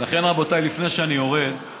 רבותיי, לפני שאני יורד,